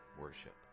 worship